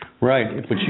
Right